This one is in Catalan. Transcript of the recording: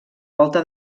volta